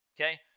okay